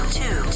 two